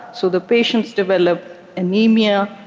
so the patients develop anemia,